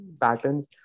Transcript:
patterns